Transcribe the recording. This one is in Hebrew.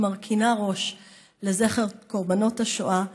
מרכינה ראש לזכר קורבנות השואה,